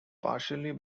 partially